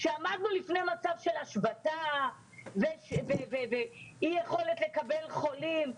שעמדנו לפני מצב של השבתה ואי יכולת לקבל חולים.